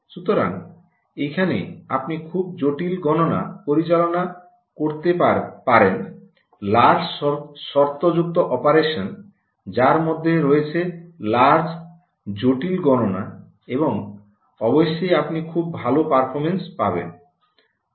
সুতরাং এখানে আপনি খুব জটিল গণনা পরিচালনা করতে পারেন লার্জ শর্ত যুক্ত অপারেশন যার মধ্যে রয়েছে লার্জ জটিল গণনা এবং অবশ্যই আপনি খুব ভাল পারফরম্যান্স পাবেন